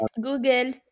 Google